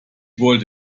wollte